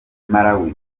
malawi